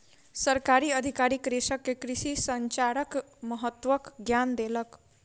सरकारी अधिकारी कृषक के कृषि संचारक महत्वक ज्ञान देलक